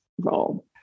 role